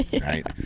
right